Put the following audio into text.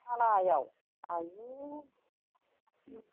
थालायाव आयु